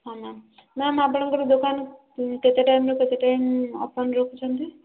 ହଁ ma'am ma'am ଆପଣଙ୍କର ଦୋକାନକୁ କେତେ ଟାଇମ୍ରୁ କେତେ ଟାଇମ୍ ଓପନ୍ ରଖୁଛନ୍ତି